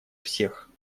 всех